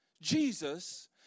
Jesus